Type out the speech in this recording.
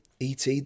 et